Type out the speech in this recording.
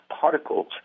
particles